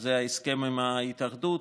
שזה ההסכם עם ההתאחדות,